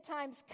times